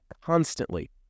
constantly